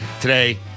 today